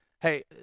Hey